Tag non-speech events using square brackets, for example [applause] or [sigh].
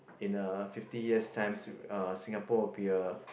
in a fifty years times [noise] uh Singapore will be a